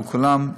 וכולם,